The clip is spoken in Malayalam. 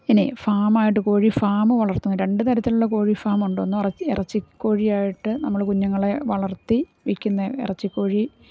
ഇനി ഫാമായിട്ട് കോഴി ഫാം വളർത്തുന്ന രണ്ട് തരത്തിലുള്ള കോഴി ഫാം ഒണ്ട് ഒന്ന് ഇറച്ചിക്കോഴി ആയിട്ട് നമ്മൾ കുഞ്ഞുങ്ങളെ വളർത്തി വിൽക്കുന്ന ഇറച്ചിക്കോഴി